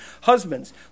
Husbands